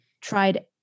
tried